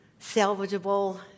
salvageable